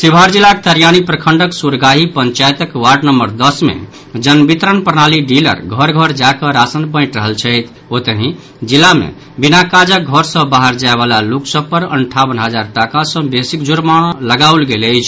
शिवहर जिलाक तरियानी प्रखंडक सुरगाही पंचायतक वार्ड नम्बर दस मे जनवितरण प्रणाली डीलर घर घर जा कऽ राशन बांटि रहल छथि ओतहि जिला मे बिना काजक घर सऽ बाहर जाय वला लोक सभ पर अंठावन हजार टाका सऽ बेसीक जुर्माना सेहो लगाओल गेल अछि